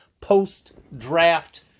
Post-draft